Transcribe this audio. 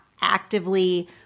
actively